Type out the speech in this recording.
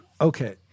Okay